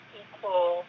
equal